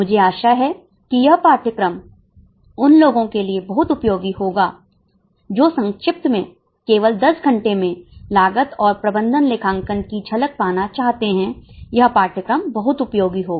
मुझे आशा है कि यह पाठ्यक्रम उन लोगों के लिए बहुत उपयोगी होगा जो संक्षिप्त में केवल 10 घंटे में लागत और प्रबंधन लेखांकन की झलक पाना चाहते हैं यह पाठ्यक्रम बहुत उपयोगी होगा